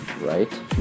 right